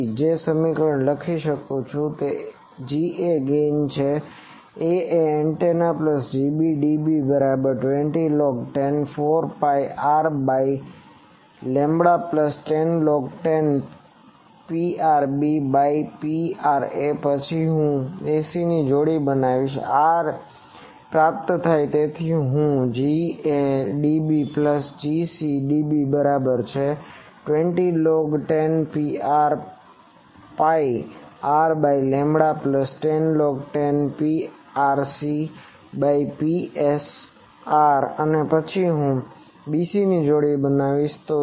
તેથી જે સમીકરણ હું લખી શકું તે છે Ga એ ગેઈન છે 'a' antenna plus Gb dB બરાબર 20log10 4 pi R by lambda plus 10log10 Prb by Pra પછી હું 'ac' જોડી બનાવીશ આ પ્રાપ્ત થાય છે તેથી હું Ga dB plus Gc dB બરાબર છે 20log10 4 pi R by lambda plus 10log10 Prc by Pra અને પછી હું 'bc' જોડી બનાવીશ